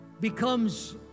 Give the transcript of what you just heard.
becomes